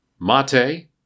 Mate